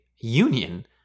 union